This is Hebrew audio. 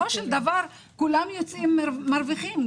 בסופו של דבר כולם יוצאים מרוויחים,